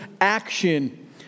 action